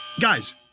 Guys